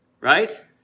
right